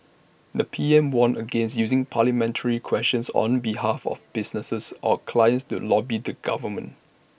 the P M warned against using parliamentary questions on behalf of businesses or clients to lobby the government